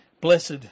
Blessed